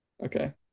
okay